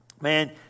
Man